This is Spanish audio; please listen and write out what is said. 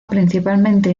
principalmente